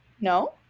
No